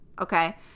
okay